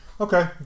Okay